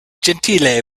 gentile